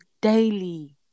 daily